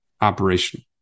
operational